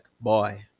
boy